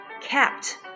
kept